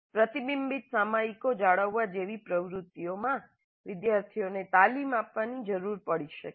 પ્રતિબિંબીત સામયિકો જાળવવા જેવી પ્રવૃત્તિઓમાં વિદ્યાર્થીઓને તાલીમ આપવાની જરૂર પડી શકે છે